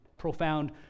Profound